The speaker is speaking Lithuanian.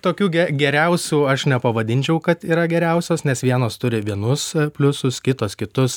tokių ge geriausių aš nepavadinčiau kad yra geriausios nes vienos turi vienus pliusus kitos kitus